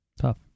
tough